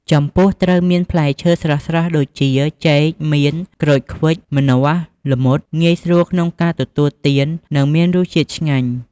ចំពោះត្រូវមានផ្លែឈើស្រស់ៗ ដូចជា ចេក មៀន ក្រូចខ្វិច ម្នាស់ ល្មុត ងាយស្រួលក្នុងការទទួលទាន និងមានរសជាតិឆ្ងាញ់។